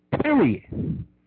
Period